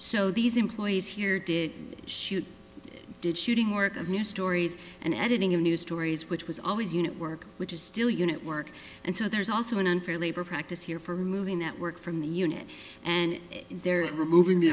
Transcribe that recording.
so these employees here did shoot did shooting work of news stories and editing of news stories which was always you know work which is still unit work and so there's also an unfair labor practice here for removing that work from the unit and they're removing the